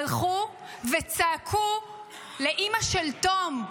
הלכו וצעקו לאימא של תם,